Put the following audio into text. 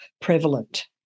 prevalent